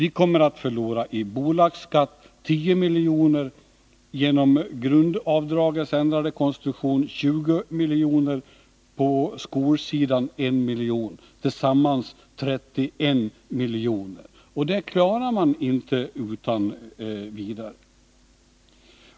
Vi kommer att förlora i bolagsskatt 10 milj.kr., genom grundavdragets ändrade konstruktion 20 milj.kr. och på skolsidan 1 milj.kr. Tillsammans blir det 31 milj.kr., och det klarar man inte utan vidare.